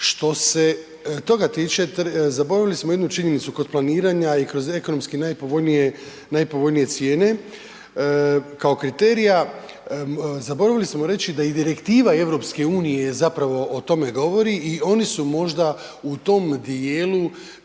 Što se toga tiče zaboravili smo jednu činjenice kod planiranja i kroz ekonomski najpovoljnije cijene, kao kriterija, zaboravili smo reći da i direktiva EU o tome govori i oni su možda u tom dijelu,